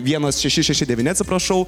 vienas šeši šeši devyni atsiprašau